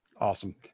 Awesome